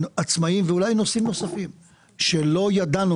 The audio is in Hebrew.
עצמאים ואולי נושאים נוספים שלא ידענו,